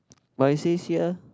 but it says here